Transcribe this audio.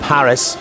Paris